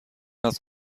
است